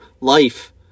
life